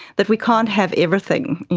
that we can't have everything, you